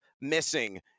missing